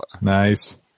Nice